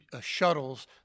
shuttles